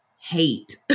hate